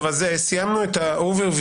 טוב אז סיימנו את ה- סקירה הכללית,